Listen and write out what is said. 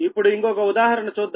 ఇప్పుడు ఇంకొక ఉదాహరణ చూద్దాం